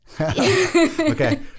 Okay